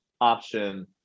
option